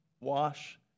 wash